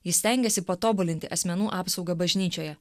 jis stengėsi patobulinti asmenų apsaugą bažnyčioje